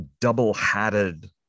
double-hatted